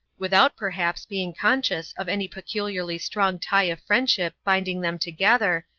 without perhaps being conscious of any peculiarly strong tie of friendship binding them together,